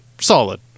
solid